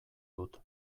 dut